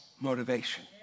motivation